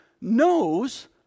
knows